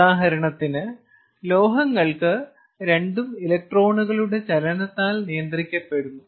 ഉദാഹരണത്തിന് ലോഹങ്ങൾക്ക് രണ്ടും ഇലക്ട്രോണുകളുടെ ചലനത്താൽ നിയന്ത്രിക്കപ്പെടുന്നു